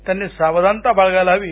त्यांनी सावधानता बाळगायला हवी